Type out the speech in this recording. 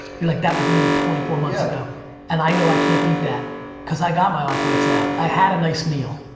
you're like, that was me twenty four months ago and i know i can't beat that cause i got my off whites now, i had a nice meal.